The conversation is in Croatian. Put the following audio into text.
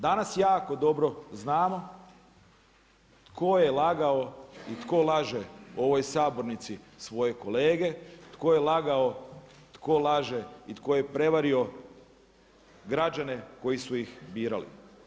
Danas jako dobro znamo tko je lagao i tko laže u ovoj sabornici svoje kolege, tko je lagao, tko laže i tko je prevario građane koji su ih birali.